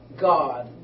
God